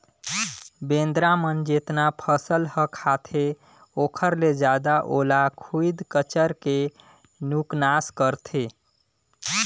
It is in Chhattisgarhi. बेंदरा मन जेतना फसल ह खाते ओखर ले जादा ओला खुईद कचर के नुकनास करथे